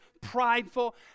prideful